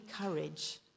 courage